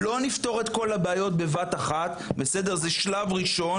לא נפתור את כל הבעיות בבת-אחת, זה שלב ראשון.